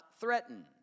threaten